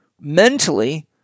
mentally